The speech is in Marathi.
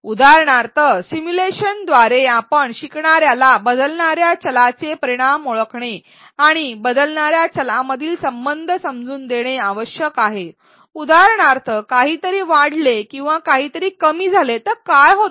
उदाहरणार्थ सिम्युलेशनद्वारे आपण शिकणार्याला बदलणार्या चलांचे परिणाम ओळखणे आणि बदलणार्या चलां मधील संबंध समजून देणे आवश्यक आहे उदाहरणार्थ काहीतरी वाढले किंवा काहीतरी कमी झाले तर काय होते